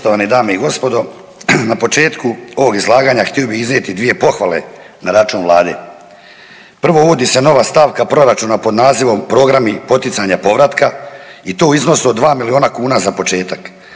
Poštovane dame i gospodo. Na početku ovog izlaganja htio bih iznijeti dvije pohvale na račun Vlade. Prvo, uvodi se nova stavka proračuna pod nazivom programi poticanja povratka i to u iznosu od 2 milijuna kuna za početak,